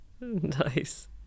Nice